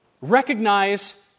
recognize